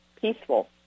peaceful